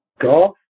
golf